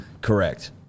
Correct